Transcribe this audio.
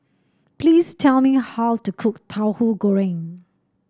please tell me how to cook Tahu Goreng